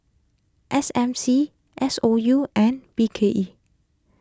S M C S O U and B K E